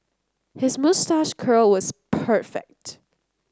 his moustache curl is perfect